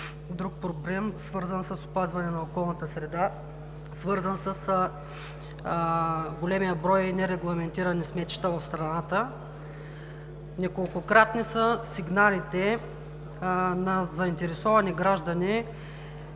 друг проблем, свързан с опазване на околната среда, с големия брой нерегламентирани сметища в страната. Неколкократни са сигналите на заинтересовани граждани,